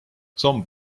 samm